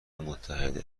متحده